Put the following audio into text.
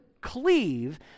cleave